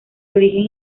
origen